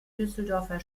düsseldorfer